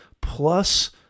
plus